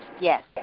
Yes